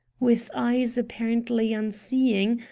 with eyes apparently unseeing,